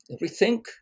rethink